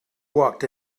walked